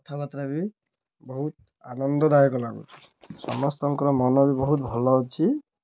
କଥାବାର୍ତ୍ତା ବି ବହୁତ ଆନନ୍ଦଦାୟକ ଲାଗୁଛି ସମସ୍ତଙ୍କର ମନ ବି ବହୁତ ଭଲ ଅଛି